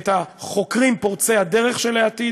את החוקרים פורצי הדרך של העתיד,